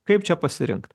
kaip čia pasirinkt